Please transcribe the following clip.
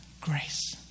grace